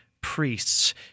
priests